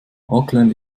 auckland